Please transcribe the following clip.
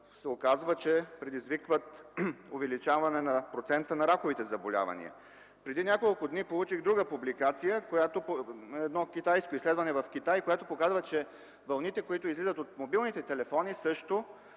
полета предизвикват увеличаване на процента на раковите заболявания. Преди няколко дни получих друга публикация относно изследване в Китай, което показва, че вълните, които излизат от мобилните телефони, също